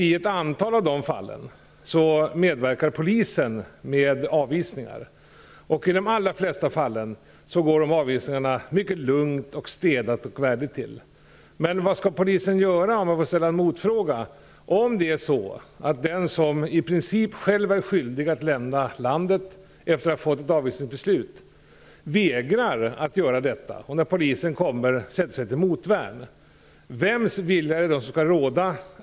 I ett antal av dessa fall medverkar polisen vid avvisningen, och i de allra flesta fallen går dessa avvisningar mycket lugnt, städat och värdigt till. Men om jag får ställa en motfråga: Vad skall polisen göra om den som i princip själv är skyldig att lämna landet efter att ha fått ett avvisningsbeslut vägrar att göra detta och sätter sig till motvärn när polisen kommer? Vems vilja skall då råda?